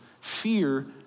Fear